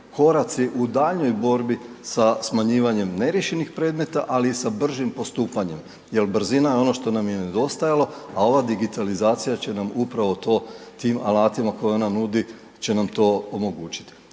koraci u daljnjoj borbi sa smanjivanjem neriješenih predmeta, ali i sa bržim postupanjem jel brzina je ono što nam je nedostajalo, a ova digitalizacija će nam upravo to tim alatima koje ona nudi će nam to omogućiti.